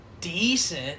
decent